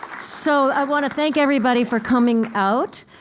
so i wanna thank everybody for coming out.